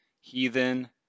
heathen